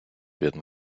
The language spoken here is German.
werden